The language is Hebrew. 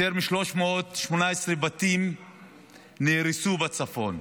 יותר מ-318 בתים נהרסו בצפון,